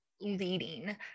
leading